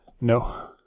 No